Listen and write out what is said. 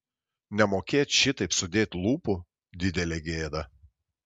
nemokėt šitaip sudėti lūpų didelė gėda